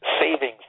savings